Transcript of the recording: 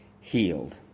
healed